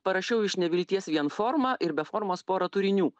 parašiau iš nevilties vien formą ir be formos porą turinių